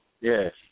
Yes